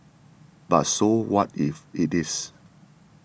but so what if it is